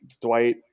Dwight